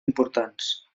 importants